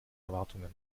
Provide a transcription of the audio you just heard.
erwartungen